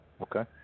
Okay